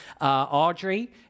Audrey